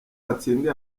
watsindiye